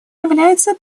является